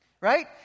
right